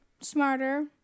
smarter